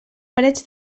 parets